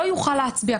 לא יוכל להצביע.